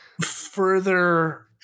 further